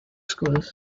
schools